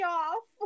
off